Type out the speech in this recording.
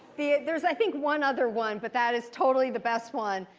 there's, i think, one other one, but that is totally the best one.